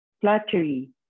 Flattery